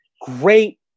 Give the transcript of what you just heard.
Great